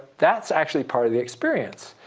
that's actually part of the experience.